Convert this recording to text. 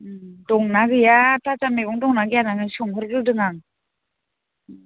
दंना गैया थाजा मैगं दंना गैया होननानै सोंहरग्रोदों आं